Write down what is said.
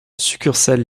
succursale